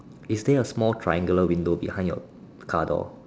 is there a small triangular window behind your car door